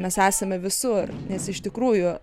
mes esame visur nes iš tikrųjų